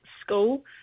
school